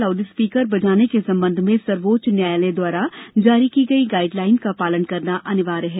loudspeaker बजाने के संबंध में सर्वोच्च न्यायालय द्वारा जारी की गई गाइडलाइन का पालन करना अनिवार्य है